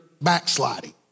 backsliding